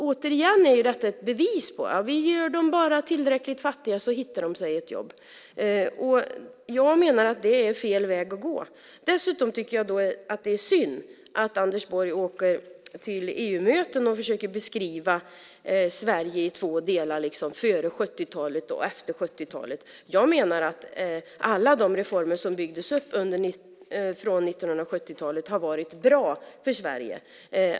Detta är återigen ett bevis på att gör vi dem bara tillräckligt fattiga så hittar de sig ett jobb. Jag menar att det är fel väg att gå. Dessutom tycker jag att det är synd att Anders Borg åker till EU-möten och försöker beskriva Sverige i två delar, före 70-talet och efter 70-talet. Jag menar att alla de reformer som byggdes upp från 1970-talet har varit bra för Sverige.